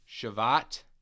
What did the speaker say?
Shavat